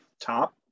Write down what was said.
top